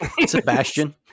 Sebastian